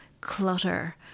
clutter